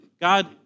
God